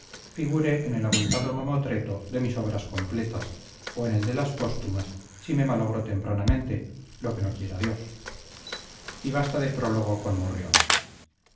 figure en el abultado mamotreto de mis obras completas o en el de las póstumas si me malogro tempranamente lo que no quiera dios y basta de prólogo con morrión